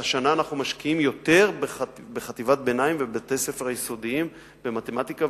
השנה בחטיבת הביניים ובבתי-הספר היסודיים אנחנו משקיעים יותר במתמטיקה,